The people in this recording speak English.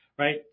Right